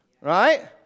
Right